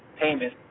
payment